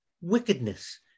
wickedness